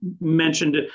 mentioned